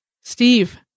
Steve